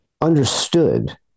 understood